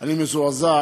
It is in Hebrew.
אני מזועזע